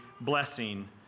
blessing